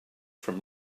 from